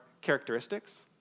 characteristics